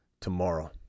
tomorrow